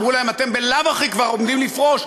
אמרו להם: אתם בלאו הכי כבר עומדים לפרוש,